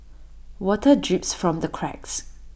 water drips from the cracks